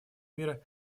мира